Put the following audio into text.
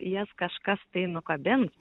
jas kažkas tai nukabins